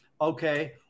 Okay